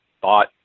thought